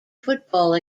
football